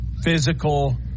physical